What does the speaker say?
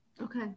Okay